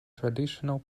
traditional